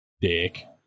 Dick